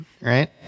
right